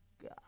God